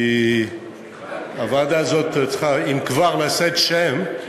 כי הוועדה הזאת צריכה, אם כבר לשאת שם,